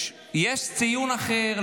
יש ציון אחר,